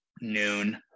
noon